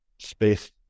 space